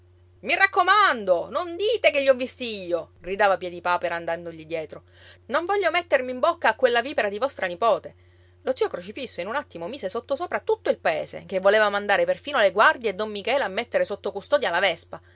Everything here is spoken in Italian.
i raccomando non dite che li ho visti io gridava piedipapera andandogli dietro non voglio mettermi in bocca a quella vipera di vostra nipote lo zio crocifisso in un attimo mise sottosopra tutto il paese che voleva mandare perfino le guardie e don michele a mettere sotto custodia la vespa